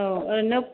औ ओरैनो